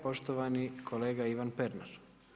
Poštovani kolega Ivan Pernar.